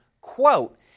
quote